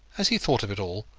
as he thought of it all,